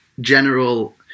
general